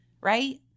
Right